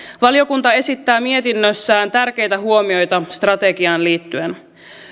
valiokunta esittää mietinnössään tärkeitä huomioita strategiaan liittyen